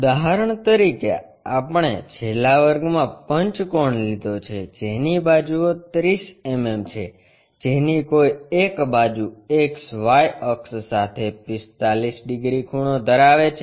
ઉદાહરણ તરીકે આપણે છેલ્લા વર્ગમાં પંચકોણ લીધો છે જેની બાજુઑ 30 mm છે જેની કોઈ એક બાજુ XY અક્ષ સાથે 45 ડિગ્રી ખૂણો ધરાવે છે